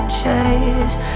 chase